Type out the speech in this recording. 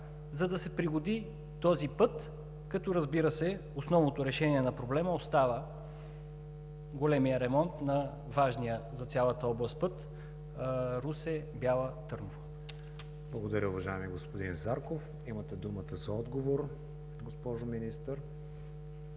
за да се пригоди този път, като, разбира се, основното решение на проблема остава големият ремонт за важния за цялата област път Русе – Бяла – Търново? ПРЕДСЕДАТЕЛ КРИСТИАН ВИГЕНИН: Благодаря, уважаеми господин Зарков. Имате думата за отговор, госпожо Министър.